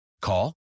Call